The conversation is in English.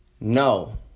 No